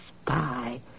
spy